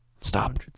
Stop